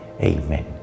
Amen